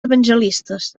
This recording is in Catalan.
evangelistes